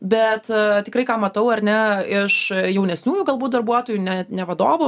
bet tikrai ką matau ar ne iš jaunesniųjų galbūt darbuotojų net ne vadovų